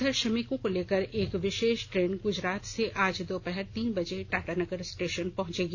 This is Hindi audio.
उघर श्रमिकों को लेकर एक विशेष ट्रेन गुजरात से आज दोपहर तीन बजे टाटा नगर स्टेशन पहुंचेगी